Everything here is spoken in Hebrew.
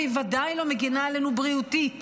והיא ודאי לא מגינה עלינו בריאותית